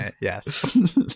Yes